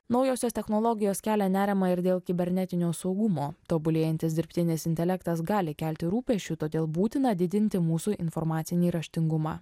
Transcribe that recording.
naujosios technologijos kelia nerimą ir dėl kibernetinio saugumo tobulėjantis dirbtinis intelektas gali kelti rūpesčių todėl būtina didinti mūsų informacinį raštingumą